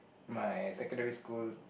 my secondary school